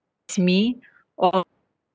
me or